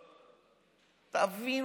הקבורה.